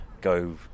go